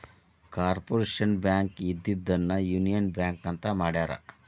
corporation Bank ಇದ್ದಿದ್ದನ್ನ Union Bank ಅಂತ ಮಾಡ್ಯಾರ